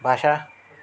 भाषा